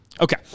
Okay